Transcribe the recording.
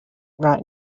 right